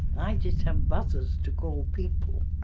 i just have buzzers to call people.